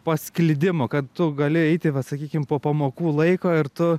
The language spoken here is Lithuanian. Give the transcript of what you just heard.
pasklidimo kad tu gali eiti va sakykim po pamokų laiko ir tu